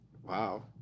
Wow